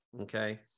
Okay